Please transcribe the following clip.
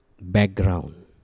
background